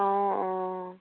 অঁ অঁ